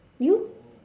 you